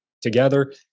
together